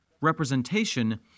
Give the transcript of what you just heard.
representation